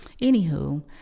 anywho